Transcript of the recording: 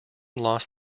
lost